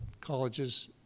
colleges